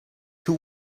two